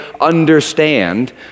understand